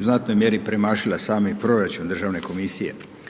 znatnoj mjeri premašila sami proračun Državne komisije.